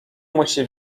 musi